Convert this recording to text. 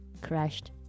crashed